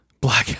black